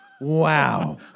Wow